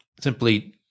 Simply